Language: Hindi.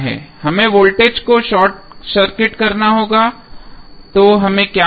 हमें वोल्टेज को शॉर्ट सर्किट करना होगा तो हमें क्या मिलेगा